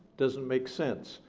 doesn't make sense.